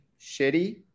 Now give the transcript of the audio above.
shitty